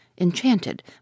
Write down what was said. enchanted